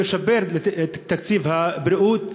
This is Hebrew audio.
או לשפר את תקציב הבריאות,